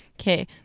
okay